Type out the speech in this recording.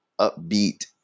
upbeat